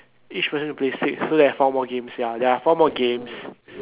each person should play six so there are four more games ya there are four more games